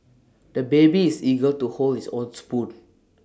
the baby is eager to hold his own spoon